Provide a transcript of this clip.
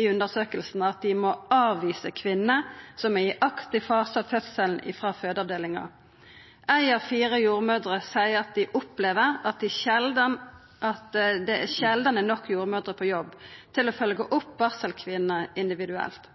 i undersøkinga at dei må avvisa kvinner som er i aktiv fase av fødselen, frå avdelinga. Ei av fire jordmødrer seier at dei opplever at det sjeldan er nok jordmødrer på jobb til å følgje opp barselkvinnene individuelt.